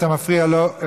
אתה מפריע לו.